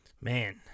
Man